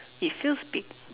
it feels big